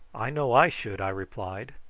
i know i should, i replied.